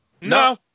No